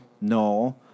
no